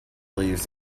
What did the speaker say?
believes